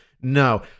No